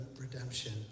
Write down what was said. redemption